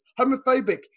homophobic